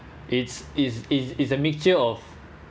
it's it's it's it's a mixture of